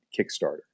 kickstarter